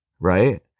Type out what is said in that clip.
Right